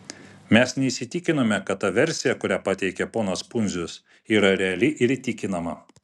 mes neįsitikinome kad ta versija kurią pateikė ponas pundzius yra reali ir įtikinama